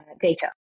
data